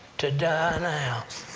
to die now,